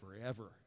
forever